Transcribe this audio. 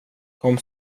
kom